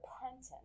repentant